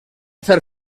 fer